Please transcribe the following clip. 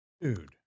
Dude